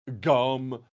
Gum